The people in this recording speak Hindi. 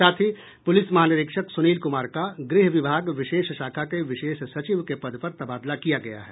साथ ही पुलिस महानिरीक्षक सुनील कुमार का गृह विभाग विशेष शाखा के विशेष सचिव के पद पर तबादला किया गया है